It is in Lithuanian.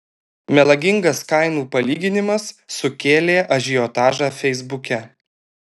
melagingas kainų palyginimas sukėlė ažiotažą feisbuke